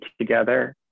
together